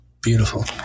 beautiful